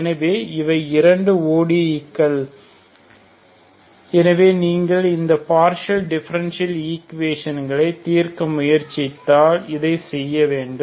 எனவே இவை இரண்டு ODE கள் எனவே நீங்கள் இந்த பார்ஷியால் டிபரன்ஷியல் ஈக்குவேஷன்களை தீர்க்க முயற்சித்தால் இதைச் செய்ய வேண்டும்